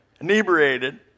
inebriated